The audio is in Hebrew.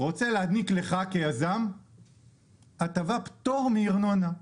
רוצה להעניק לך הטבה של פטור מארנונה,